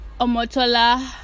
Omotola